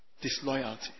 disloyalty